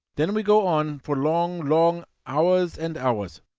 then we go on for long, long hours and hours.